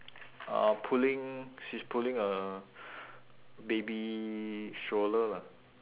uh pulling she's pulling a baby stroller lah